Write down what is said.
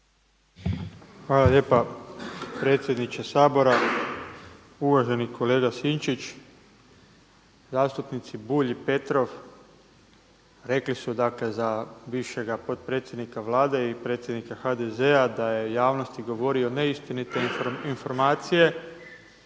Hvala lijepa predsjedniče Sabora. Uvaženi kolega Sinčić, zastupnici Bulj i Petrov rekli su dakle za bivšega potpredsjednika Vlade i predsjednika HDZ-a da je javnosti govorio neistinite informacije